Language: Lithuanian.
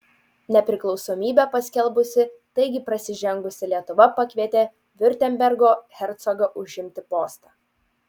nepriklausomybę paskelbusi taigi prasižengusi lietuva pakvietė viurtembergo hercogą užimti sostą